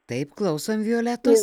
taip klausom violetos